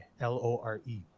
l-o-r-e